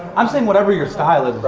i'm saying whatever your style is,